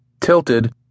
Tilted